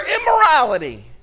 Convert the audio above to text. immorality